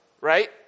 right